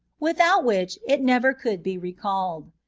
without which it never could be recalled.